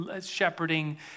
shepherding